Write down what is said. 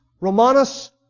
Romanus